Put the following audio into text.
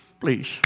please